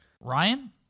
Ryan